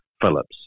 Phillips